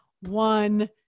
One